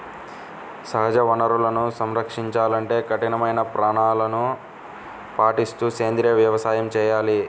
సహజ వనరులను సంరక్షించాలంటే కఠినమైన ప్రమాణాలను పాటిస్తూ సేంద్రీయ వ్యవసాయం చేయాలి